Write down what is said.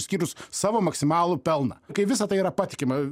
išskyrus savo maksimalų pelną kai visa tai yra patikima